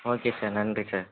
okay sir நன்றி sir